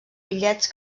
bitllets